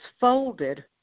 folded